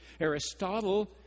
Aristotle